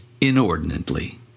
inordinately